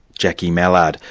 jacqui mallard,